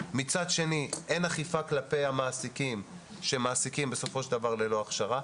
מצד שני אין אכיפה כלפי המעסיקים שמעסיקים בסופו של דבר ללא הכשרה,